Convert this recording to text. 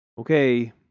Okay